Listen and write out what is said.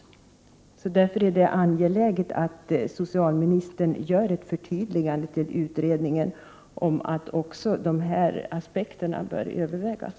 Det är angeläget att socialministern gör ett förtydligande och meddelar utredningen om att också de här aspekterna bör övervägas.